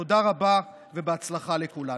תודה רבה ובהצלחה לכולנו.